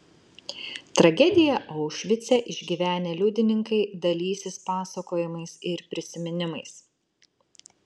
tragediją aušvice išgyvenę liudininkai dalysis pasakojimais ir prisiminimais